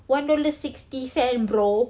one dollar sixty cent bro